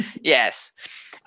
Yes